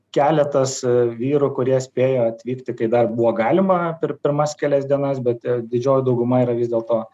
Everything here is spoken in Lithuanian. keletas vyrų kurie spėjo atvykti kai dar buvo galima per pirmas kelias dienas bet didžioji dauguma yra vis dėlto